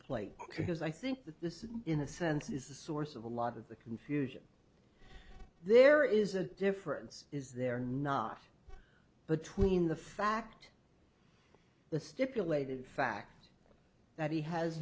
plate because i think that this is in a sense is the source of a lot of the confusion there is a difference is there not but tween the fact the stipulated fact that he has